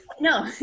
No